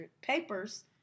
papers